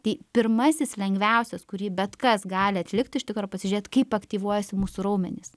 tai pirmasis lengviausias kurį bet kas gali atlikti iš tikro pasižiūrėt kaip aktyvuojasi mūsų raumenys